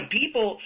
people